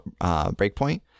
Breakpoint